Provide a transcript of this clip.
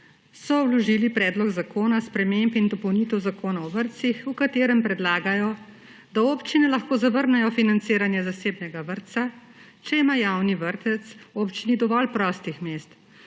so vložili Predlog zakona o spremembah in dopolnitvah Zakona o vrtcih, v katerem predlagajo, da občine lahko zavrnejo financiranje zasebnega vrtca, če ima javni vrtec v občini dovolj prostih mest,